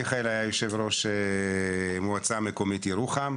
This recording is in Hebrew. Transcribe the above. מיכאל היה יושב-ראש מועצה מקומית ירוחם,